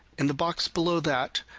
in the box below that,